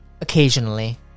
Occasionally